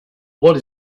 what